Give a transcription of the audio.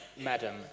madam